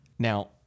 Now